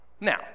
Now